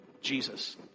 Jesus